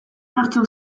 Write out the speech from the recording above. nortzuk